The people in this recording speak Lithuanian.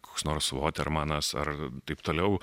koks nors votermanas ar taip toliau